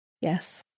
Yes